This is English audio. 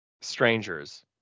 strangers